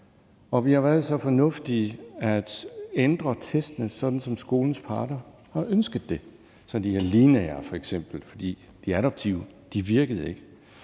og vi har været så fornuftige at ændre testene, sådan som skolens parter har ønsket det – så de f.eks. er lineære, for de adaptive virkede ikke,